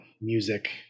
music